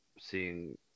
seeing